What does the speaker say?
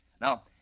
Now